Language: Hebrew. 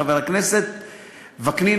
חבר הכנסת וקנין,